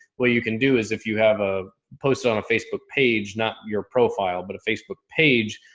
what you can do is if you have a post on a facebook page, not your profile, but a facebook page,